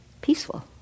peaceful